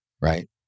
right